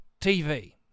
TV